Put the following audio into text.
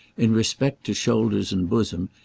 in respect to shoulders and bosom,